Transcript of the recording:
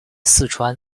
四川